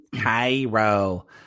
Cairo